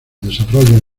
desarrollos